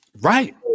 right